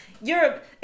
Europe